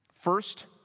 First